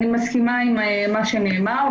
אני מסכימה עם מה שנאמר.